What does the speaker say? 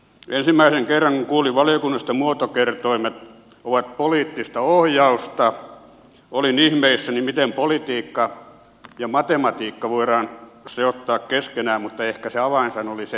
ensimmäisen kerran kun kuulin valiokunnasta että muotokertoimet ovat poliittista ohjausta olin ihmeissäni miten politiikka ja matematiikka voidaan sekoittaa keskenään mutta ehkä se avainsana oli se tiikka siinä lopussa